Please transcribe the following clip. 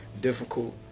difficult